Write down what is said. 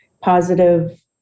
positive